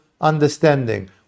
understanding